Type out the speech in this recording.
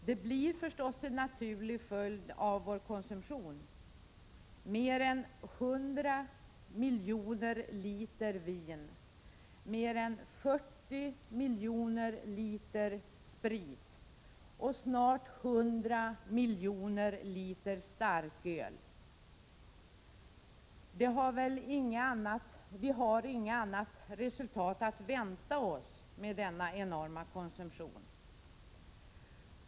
Det blir förstås en naturlig följd av vår konsumtion: mer än 100 miljoner liter vin, mer än 40 miljoner liter sprit och snart 100 miljoner liter starköl. Vi har väl inget annat resultat att vänta oss med denna enorma konsumtion.